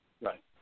Right